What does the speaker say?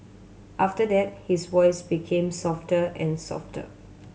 after that his voice became softer and softer